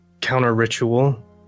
counter-ritual